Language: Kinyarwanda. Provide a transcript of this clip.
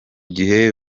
gihe